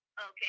Okay